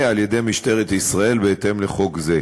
על-ידי משטרת ישראל בהתאם לחוק זה.